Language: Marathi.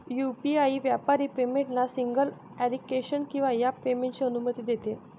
यू.पी.आई व्यापारी पेमेंटला सिंगल ॲप्लिकेशन किंवा ॲप पेमेंटची अनुमती देते